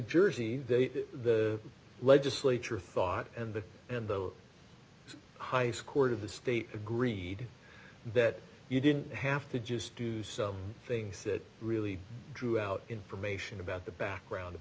jersey the legislature thought and the and the high scores of the state agreed that you didn't have to just do some things that really drew out information about the background of